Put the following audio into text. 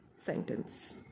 sentence